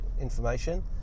information